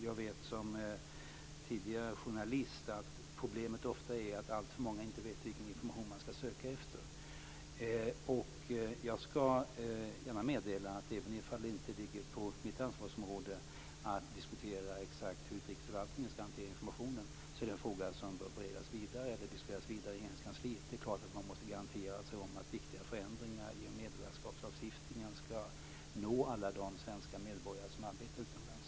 Jag vet som tidigare journalist att problemet ofta är att alltför många inte vet vilken information man skall söka efter. Även om det inte ligger inom mitt ansvarsområde att diskutera exakt hur utrikesförvaltningen skall hantera informationen är det en fråga som bör beredas och diskuteras vidare i Regeringskansliet. Det är klart att man måste garantera sig om att viktiga förändringar i vår medborgarskapslagstiftning skall nå alla de svenska medborgare som arbetar utomlands.